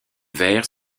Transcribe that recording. verts